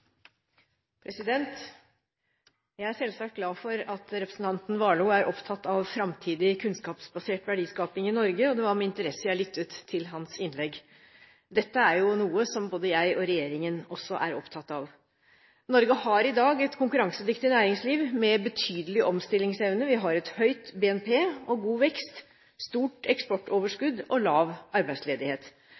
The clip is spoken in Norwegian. Jeg er selvsagt glad for at representanten Warloe er opptatt av framtidig kunnskapsbasert verdiskaping i Norge, og det var med interesse jeg lyttet til hans innlegg. Dette er jo noe som både jeg og regjeringen også er opptatt av. Norge har i dag et konkurransedyktig næringsliv med betydelig omstillingsevne. Vi har et høyt BNP og god vekst, stort eksportoverskudd og lav arbeidsledighet.